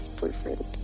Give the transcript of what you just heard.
boyfriend